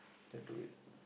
that do it